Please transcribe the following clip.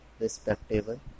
respectable